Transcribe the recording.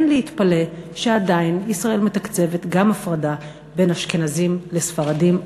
אין להתפלא שעדיין ישראל מתקצבת גם הפרדה בין אשכנזים לספרדים,